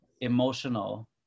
emotional